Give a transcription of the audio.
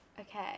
Okay